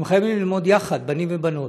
הם חייבים ללמוד יחד, בנים ובנות.